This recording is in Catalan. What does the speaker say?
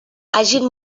hagin